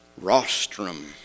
rostrum